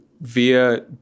via